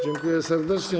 Dziękuję serdecznie.